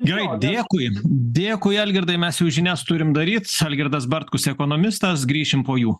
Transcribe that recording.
gerai dėkui dėkui algirdai mes jau žinias turim daryt algirdas bartkus ekonomistas grįšim po jų